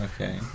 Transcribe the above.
Okay